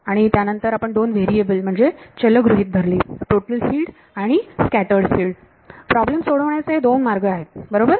आणि त्यानंतर आपण दोन व्हेरिएबल म्हणजे चल गृहीत धरली टोटल फिल्ड किंवा स्कॅटर्ड फिल्ड प्रॉब्लेम सोडवण्याचे हे दोन मार्ग आहेत बरोबर